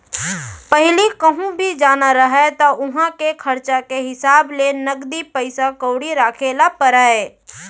पहिली कहूँ भी जाना रहय त उहॉं के खरचा के हिसाब ले नगदी पइसा कउड़ी राखे ल परय